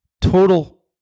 Total